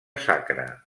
sacra